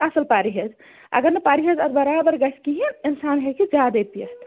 اصل پرہیز اگر نہٕ پرہیز اتھ برابر گَژھِ کِہیٖنۍ اِنسان ہیٚکہِ زیادے پیٚتھ